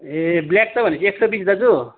ए black चाहिँ भनेपछि एक सय बिस दाजु